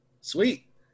sweet